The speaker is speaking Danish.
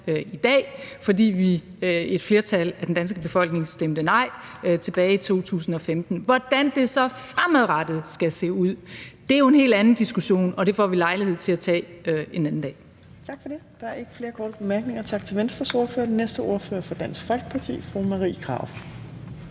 i dag, fordi et flertal af den danske befolkning stemte nej tilbage i 2015. Hvordan det så fremadrettet skal se ud, er jo en helt anden diskussion, og den får vi lejlighed til at tage en anden dag.